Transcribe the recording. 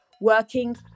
working